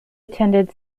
attended